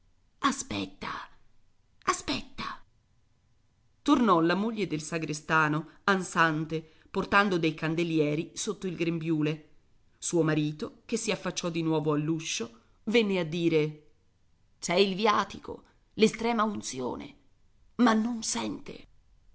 aspetta aspetta tornò la moglie del sagrestano ansante portando dei candelieri sotto il grembiule suo marito che si affacciò di nuovo all'uscio venne a dire c'è il viatico l'estrema unzione ma non sente